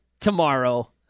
tomorrow